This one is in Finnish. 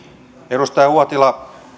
edustaja uotila